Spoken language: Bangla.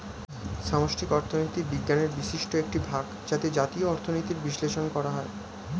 সামষ্টিক অর্থনীতি বিজ্ঞানের বিশিষ্ট একটি ভাগ যাতে জাতীয় অর্থনীতির বিশ্লেষণ করা হয়